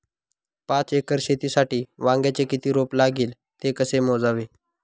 पाच एकर शेतीसाठी वांग्याचे किती रोप लागेल? ते कसे मोजावे?